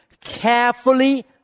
carefully